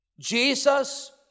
Jesus